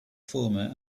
former